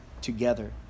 together